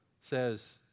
says